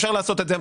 אפשר לעשות את זה.